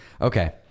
Okay